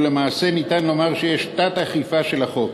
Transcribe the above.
ולמעשה אפשר לומר שיש תת-אכיפה של החוק.